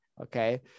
Okay